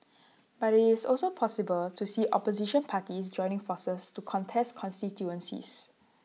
but IT is also possible to see opposition parties joining forces to contest constituencies